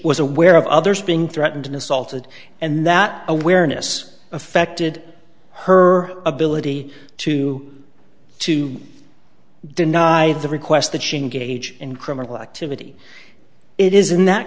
was aware of others being threatened in assaulted and that awareness affected her ability to to deny the request that she can gauge in criminal activity it is in that